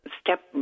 step